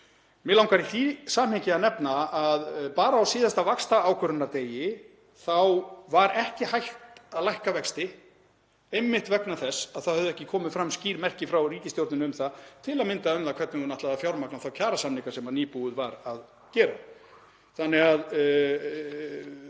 Mig langar í því samhengi að nefna að bara á síðasta vaxtaákvörðunardegi var ekki hægt að lækka vexti einmitt vegna þess að það höfðu ekki komið fram skýr merki frá ríkisstjórninni til að mynda um það hvernig hún ætlaði að fjármagna þá kjarasamninga sem nýbúið var að gera, þannig að